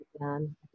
done